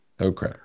Okay